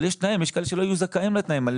אבל יש תנאים ויש כאלה שלא יהיו זכאים לתנאים האלה.